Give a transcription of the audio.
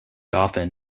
often